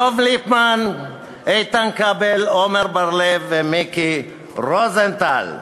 דב ליפמן, איתן כבל, עמר בר-לב ומיקי רוזנטל.